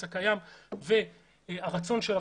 לא,